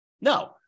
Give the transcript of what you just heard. No